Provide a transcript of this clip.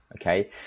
okay